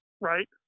Right